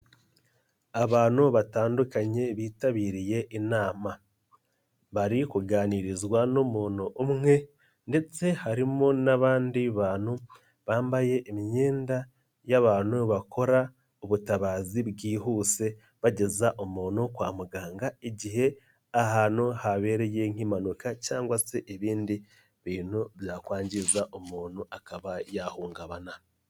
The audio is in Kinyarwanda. Abantu batandukanye bitabiriye inama, bari kuganirizwa n'umuntu umwe ndetse harimo n'abandi bantu bambaye imyenda y'abantu bakora ubutabazi bwihuse bageza umuntu kwa muganga igihe ahantu habereye nk'impanuka cyangwa se ibindi bintu byakwangiza umuntu akaba yahungabana.